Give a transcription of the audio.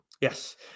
Yes